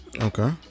okay